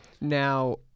Now